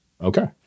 Okay